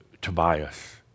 Tobias